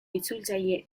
itzultzaile